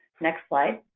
next slide.